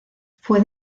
fue